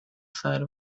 side